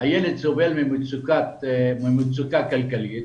הילד סובל ממצוקה כלכלית,